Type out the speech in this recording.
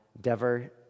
Dever